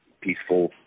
peaceful